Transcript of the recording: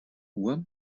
uhr